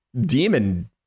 demon